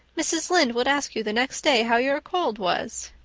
mrs. lynde would ask you the next day how your cold was!